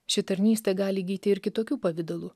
ši tarnystė gali įgyti ir kitokių pavidalų